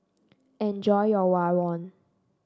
enjoy your Rawon